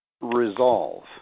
resolve